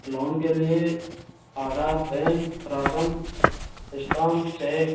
loan के लिए Aadhaar PAN ration stamp check